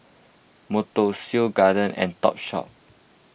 Monto Seoul Garden and Topshop